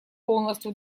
полностью